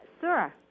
Sir